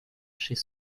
chez